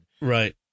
right